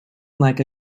like